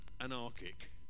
anarchic